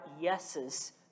yeses